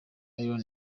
ian